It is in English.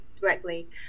directly